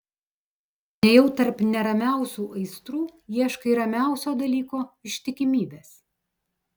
nejau tarp neramiausių aistrų ieškai ramiausio dalyko ištikimybės